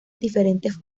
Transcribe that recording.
diferentes